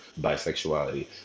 bisexuality